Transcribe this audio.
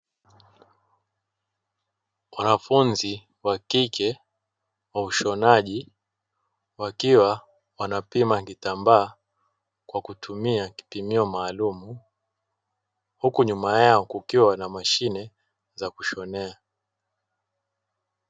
Wanafunzi wa kike wa ushonaji wakiwa wanapima kitambaa kwa kutumia kipimio maalumu, huku nyuma kukiwa na mashine za kushonea.